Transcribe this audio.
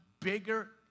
Bigger